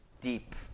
deep